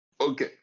okay